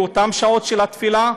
באותן שעות של התפילה.